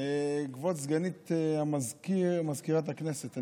כבוד סגנית מזכירת הכנסת,